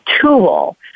tool